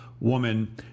woman